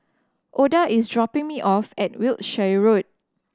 Oda is dropping me off at Wiltshire Road